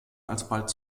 alsbald